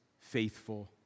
faithful